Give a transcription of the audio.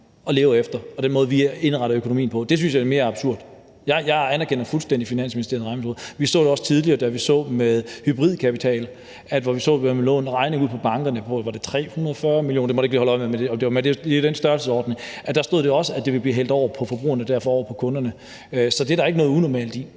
og lever efter, og den måde, vi har indrettet økonomien på; det synes jeg er mere absurd. Jeg anerkender fuldstændig Finansministeriets regnemetoder. Vi så det også tidligere i forbindelse med hybrid kapital, hvor man lagde en regning ud til bankerne på, var det 340 mio. kr.? Det må man ikke lige holde mig op på, men det var i den størrelsesorden. Der stor der også, at det ville blive hældt over på forbrugerne, altså derfor over på kunderne. Så det er der ikke noget unormalt i.